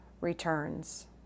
returns